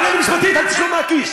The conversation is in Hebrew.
תענה לי משפטית, אל תשלוף מהכיס.